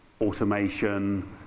automation